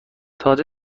تاج